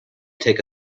take